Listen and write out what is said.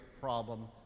problem